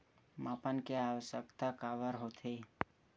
मापन के आवश्कता काबर होथे?